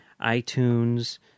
iTunes